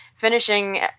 finishing